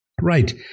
Right